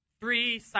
three